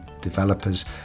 developers